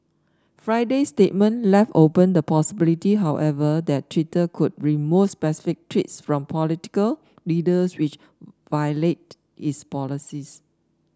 Friday's statement left open the possibility however that Twitter could remove specific tweets from political leaders which violate its policies